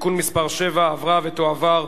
(תיקון מס' 7) (תיקון,